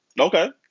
Okay